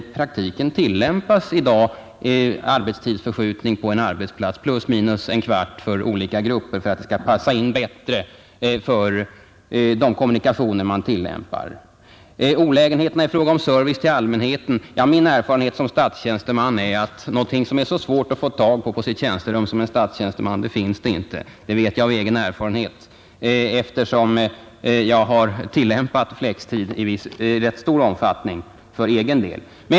I praktiken tillämpas i dag arbetstidsförskjutning på en arbetsplats t.ex. plus minus en kvart för olika grupper för att tiderna skall passa in bättre på de kommunikationer man utnyttjar. Statsrådet talar om olägenheterna i fråga om service till allmänheten. Min egen erfarenhet som statstjänstemän är, lite tillspetsat, att någonting som är svårare att få tag på än en statstjänsteman på tjänsterummet, det finns inte. Men då har jag själv tillämpat flextid i rätt stor omfattning.